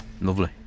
Lovely